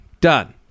Done